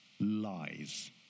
lies